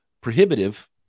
prohibitive